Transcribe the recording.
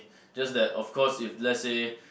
just that of course if let's say